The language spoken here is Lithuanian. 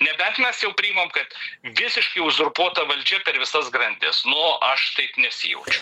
nebent mes jau priimam kad visiškai uzurpuota valdžia per visas grandis nu aš taip nesijaučiu